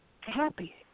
Happy